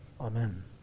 Amen